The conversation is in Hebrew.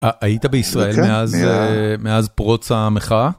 היית בישראל מאז פרוץ המחאה?